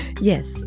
Yes